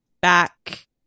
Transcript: back